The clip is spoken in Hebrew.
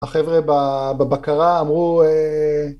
החבר'ה בבקרה אמרו